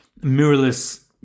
mirrorless